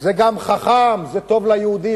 זה גם חכם, זה טוב ליהודים.